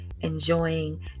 enjoying